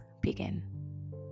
begin